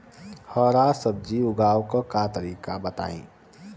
हरा सब्जी उगाव का तरीका बताई?